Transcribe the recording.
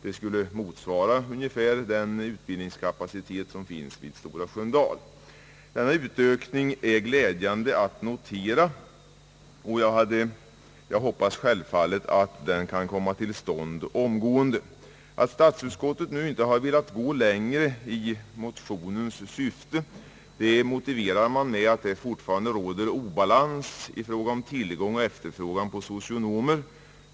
Det skulle motsvara ungefär utbildningskapaciteten vid Stora Sköndal. Denna utökning är glädjande att notera, och jag hoppas självfallet att den kan komma till stånd omgående. Att statsutskottet nu inte har velat gå längre i motionernas syfte motiveras med att det fortfarande råder obalans i fråga om tillgång och efterfrågan på socionomer.